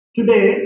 Today